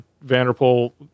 Vanderpool